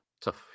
tough